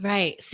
Right